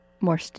more